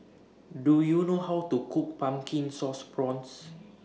Do YOU know How to Cook Pumpkin Sauce Prawns